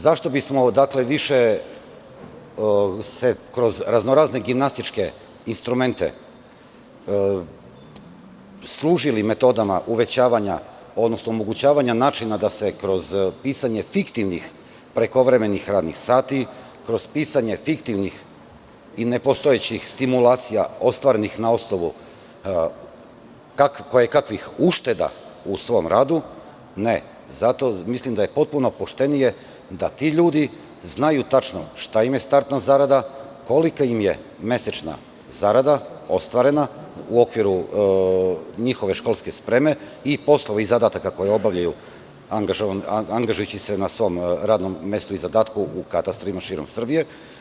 Zašto bismo se više kroz razno razne gimnastičke instrumente služili metodama uvećavanja, odnosno omogućavanja načina da se kroz pisanje fiktivnih prekovremenih radnih sati, kroz pisanje fiktivnih i nepostojećih stimulacija ostvarenih na osnovu kojekakvih ušteda u svom radu, ne, zato mislim da je mnogo poštenije da ti ljudi znaju tačno šta im je startna zarada, kolika im je mesečna zarada, ostvarena u okviru njihove školske spreme i poslova i zadataka koje obavljaju angažujući se na svom radnom mestu i zadatku u katastrima širom Srbije.